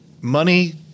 money